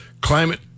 climate